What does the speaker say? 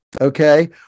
okay